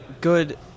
good